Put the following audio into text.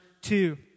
two